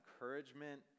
encouragement